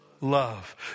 love